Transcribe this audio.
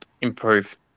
improve